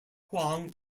huang